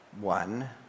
one